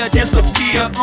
disappear